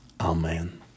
Amen